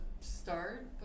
start